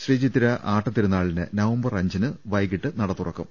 ശ്രീ ചിത്തിര ആട്ട തിരുനാളിന് നവംബർ അഞ്ചിന് വൈകീട്ട് നട തുറക്കും